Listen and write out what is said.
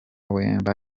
wemba